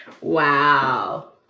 Wow